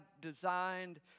designed